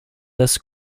this